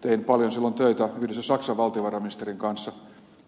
tein paljon silloin töitä yhdessä saksan valtiovarainministerin kanssa